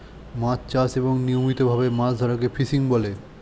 মাছ চাষ এবং নিয়মিত ভাবে মাছ ধরাকে ফিশিং বলে